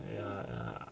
ya